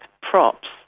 props